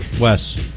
Wes